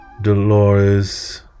Dolores